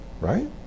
right